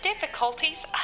difficulties